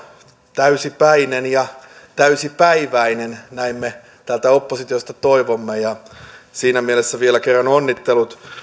täysipäinen ja täysipäiväinen näin me täältä oppositiosta toivomme ja siinä mielessä vielä kerran onnittelut